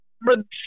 remember